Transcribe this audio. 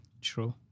True